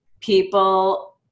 people